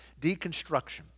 deconstruction